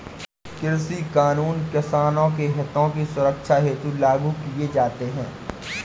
कृषि कानून किसानों के हितों की सुरक्षा हेतु लागू किए जाते हैं